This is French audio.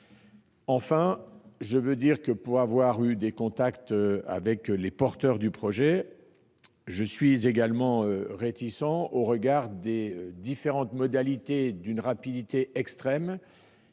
Enfin, pour avoir eu des contacts avec les promoteurs de ce projet, je suis également réticent au regard des différentes modalités d'une rapidité extrême